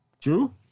True